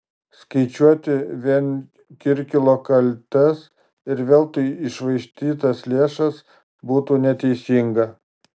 skaičiuoti vien kirkilo kaltes ir veltui iššvaistytas lėšas būtų neteisinga